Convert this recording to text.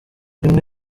rimwe